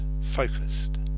Focused